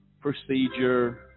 procedure